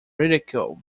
ridicule